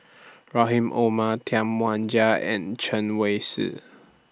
Rahim Omar Tam Wai Jia and Chen Wen Hsi